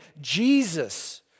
Jesus